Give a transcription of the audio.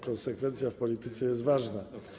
Konsekwencja w polityce jest ważna.